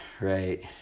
right